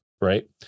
right